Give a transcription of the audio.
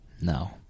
No